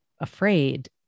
afraid